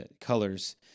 colors